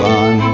on